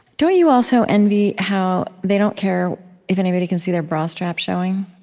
don't you also envy how they don't care if anybody can see their bra strap showing?